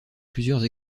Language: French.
plusieurs